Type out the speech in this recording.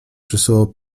przysyłał